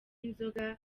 inzoga